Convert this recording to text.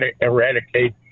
eradicate